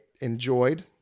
enjoyed